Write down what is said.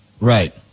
Right